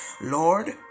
Lord